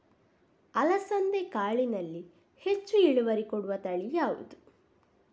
ಅಲಸಂದೆ ಕಾಳಿನಲ್ಲಿ ಹೆಚ್ಚು ಇಳುವರಿ ಕೊಡುವ ತಳಿ ಯಾವುದು?